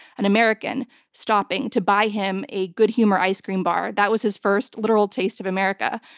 an american stopping to buy him a good humor ice cream bar. that was his first literal taste of america.